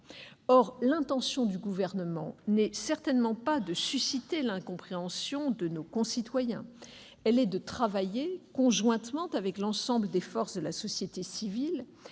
Or l'intention du Gouvernement n'est certainement pas de susciter l'incompréhension de nos concitoyens ; elle est de travailler conjointement avec l'ensemble des forces de la société civile